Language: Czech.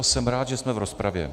Jsem rád, že jsme v rozpravě.